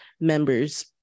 members